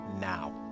now